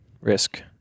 risk